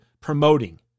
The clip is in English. promoting